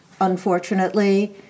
Unfortunately